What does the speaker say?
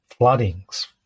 floodings